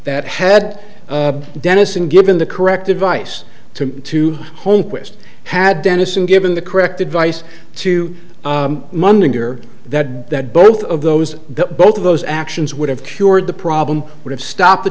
that had dennis and given the correct advice to to home quest had venison given the correct advice to monitor that that both of those both of those actions would have cured the problem would have stopped the